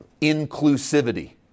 Inclusivity